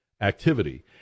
activity